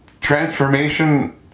transformation